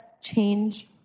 change